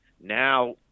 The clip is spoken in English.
now